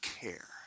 care